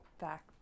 back